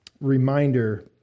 reminder